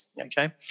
okay